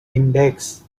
index